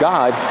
God